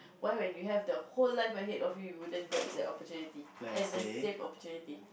why when you have the whole life ahead of you you wouldn't grab that opportunity and the same opportunity